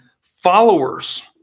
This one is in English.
followers